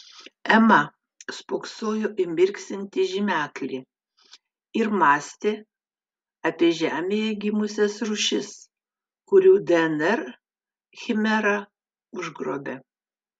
ema spoksojo į mirksintį žymeklį ir mąstė apie žemėje gimusias rūšis kurių dnr chimera užgrobė